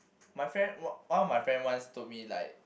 my friend one one of my friend once told me like